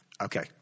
Okay